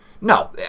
No